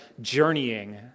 journeying